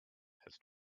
has